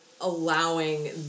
allowing